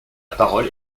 parole